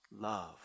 love